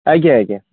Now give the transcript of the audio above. ଆଜ୍ଞା ଆଜ୍ଞା